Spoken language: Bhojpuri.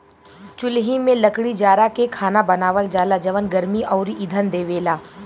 चुल्हि में लकड़ी जारा के खाना बनावल जाला जवन गर्मी अउरी इंधन देवेला